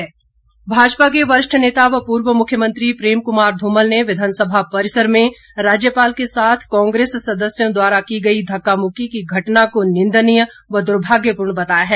भाजपा प्रतिक्रिया भाजपा के वरिष्ठ नेता व पूर्व मुख्यमंत्री प्रेम कुमार धूमल ने विधानसभा परिसर में राज्यपाल के साथ कांग्रेस सदस्यों द्वारा की गई धक्का मुक्की की घटना को निंदनीय व दुर्भाग्यपूर्ण बताया है